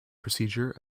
procedure